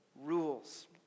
rules